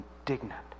indignant